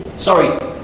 Sorry